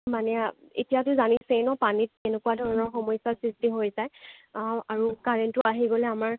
মানে এতিয়াতো জানিছেই ন পানীত কেনেকুৱা ধৰণৰ সমস্যা সৃষ্টি হৈ যায় আৰু কাৰেণ্টো আহি গ'লে আমাৰ